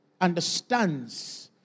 understands